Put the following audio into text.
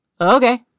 okay